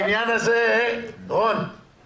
כגון האם זה יכול להיות רטרואקטיבי מה-1 באוקטובר.